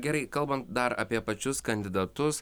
gerai kalbant dar apie pačius kandidatus